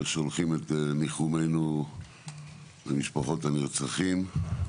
שולחים את ניחומנו למשפחות הנרצחים,